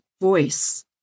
voice